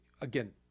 Again